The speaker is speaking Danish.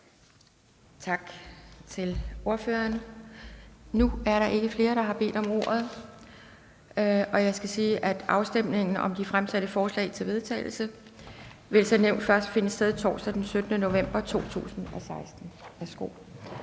Tak til ordføreren. Nu er der ikke flere, der har bedt om ordet. Jeg skal sige, at afstemningen om de fremsatte forslag til vedtagelse som nævnt først vil finde sted torsdag den 17. november 2016. Så